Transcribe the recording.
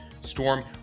storm